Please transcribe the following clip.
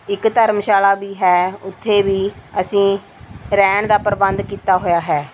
ਇੱਕ ਧਰਮਸ਼ਾਲਾ ਵੀ ਹੈ ਉੱਥੇ ਵੀ ਅਸੀਂ ਰਹਿਣ ਦਾ ਪ੍ਰਬੰਧ ਕੀਤਾ ਹੋਇਆ ਹੈ